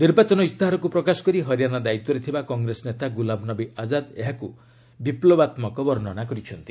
ନିର୍ବାଚନ ଇସ୍ତାହାରକୁ ପ୍ରକାଶ କରି ହରିଆଣା ଦାୟିତ୍ୱରେ ଥିବା କଂଗ୍ରେସ ନେତା ଗୁଲାମନବୀ ଆଜାଦ ଏହାକୁ ବିପ୍ଲବାତ୍ମକ ବର୍ଷ୍ଣନା କରିଛନ୍ତି